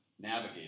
navigate